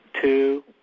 Two